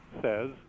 says